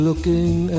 Looking